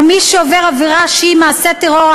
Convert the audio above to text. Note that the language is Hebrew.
ומי שעובר עבירה שהיא מעשה טרור,